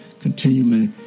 continually